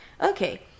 okay